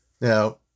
Now